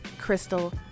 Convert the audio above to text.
Crystal